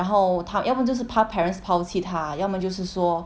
然后要不然他们就是怕 parents 抛弃他要不然就是说